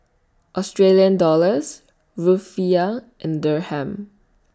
Australian Dollars Rufiyaa and Dirham